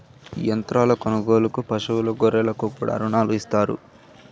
యంత్రాల కొనుగోలుకు పశువులు గొర్రెలకు కూడా రుణాలు ఇత్తారు